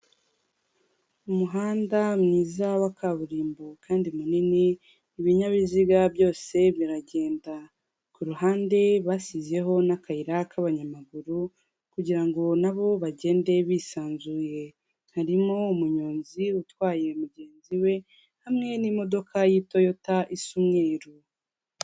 Umuhanda mwiza waba wa kaburimbo kandi munini ibinyabiziga byose biragenda ku ruhande basizeho n'akayira k'abanyamaguru kugirango nabo bagende bisanzuye, harimo umunyonzi utwaye mugenzi we hamwe n'imodoka y' itoyota isa umweru.